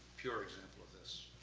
pure example of this.